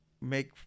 make